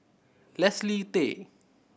Leslie Tay